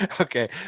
Okay